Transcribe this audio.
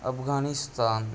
Afghanistan